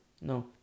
No